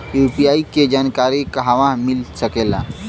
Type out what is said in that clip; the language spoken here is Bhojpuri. यू.पी.आई के जानकारी कहवा मिल सकेले?